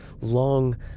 long